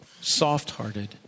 soft-hearted